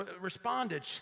responded